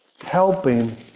Helping